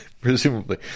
presumably